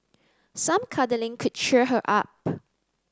some cuddling could cheer her up